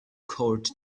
court